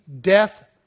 death